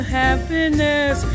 happiness